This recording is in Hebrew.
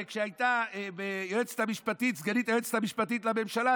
שכשהייתה סגנית היועצת המשפטית לממשלה,